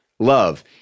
Love